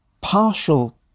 partial